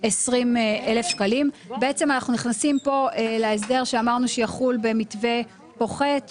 "20,000"; בעצם אנחנו נכנסים פה להסדר שאמרנו שיחול במתווה פוחת,